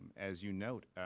as you note,